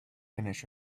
finish